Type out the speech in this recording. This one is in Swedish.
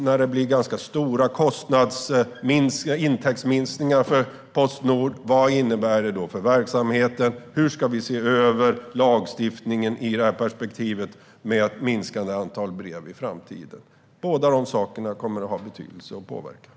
När det blir ganska stora intäktsminskningar för Postnord, vad innebär det för verksamheten? Hur ska vi se över lagstiftningen ur perspektivet med ett minskande antal brev i framtiden? Båda de sakerna kommer att ha betydelse och inverkan.